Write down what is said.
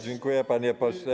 Dziękuję, panie pośle.